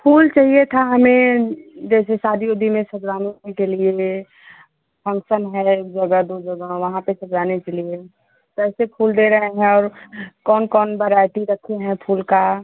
फूल चहिए था हमें जैसे शादी ओदी में सजवाने के लिए फंक्सन है जगह दो जगह वहाँ पर सजवाने के लिए कैसे फूल दे रहे हैं और कौन कौन बराइटी रखे हैं फूल का